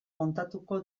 kontatuko